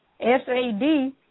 S-A-D